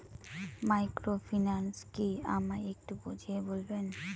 Microfinance কি আমায় একটু বুঝিয়ে বলবেন?